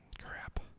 crap